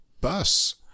Bus